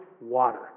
water